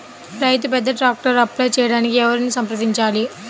రైతు పెద్ద ట్రాక్టర్కు అప్లై చేయడానికి ఎవరిని సంప్రదించాలి?